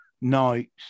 nights